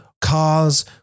cars